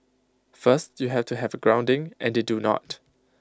first you have to have A grounding and they do not